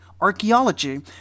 archaeology